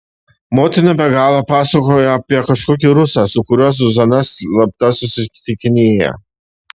motina be galo pasakojo apie kažkokį rusą su kuriuo zuzana slapta susitikinėja